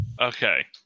Okay